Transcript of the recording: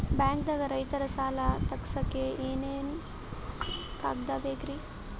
ಬ್ಯಾಂಕ್ದಾಗ ರೈತರ ಸಾಲ ತಗ್ಸಕ್ಕೆ ಏನೇನ್ ಕಾಗ್ದ ಬೇಕ್ರಿ?